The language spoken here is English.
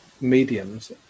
mediums